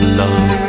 love